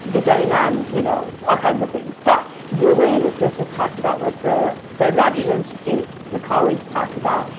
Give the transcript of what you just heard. depending on you know all kinds of things, but the way that this is talked about with the fred rogers institute, the colleagues talked about,